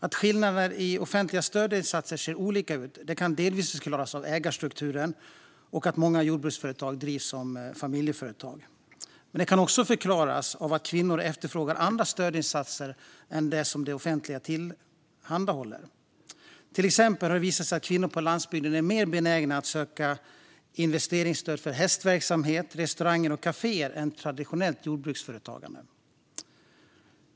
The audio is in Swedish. Att skillnaderna i offentliga stödinsatser ser olika ut kan delvis förklaras av ägarstrukturen och att många jordbruksföretag drivs som familjeföretag. Det kan också förklaras av att kvinnor efterfrågar andra stödinsatser än de som det offentliga tillhandahåller. Det har till exempel visat sig att kvinnor på landsbygden är mer benägna att söka investeringsstöd till hästverksamhet, restauranger och kaféer än till traditionellt jordbruksföretagande.